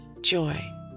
joy